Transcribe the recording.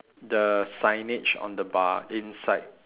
the signage on the bar inside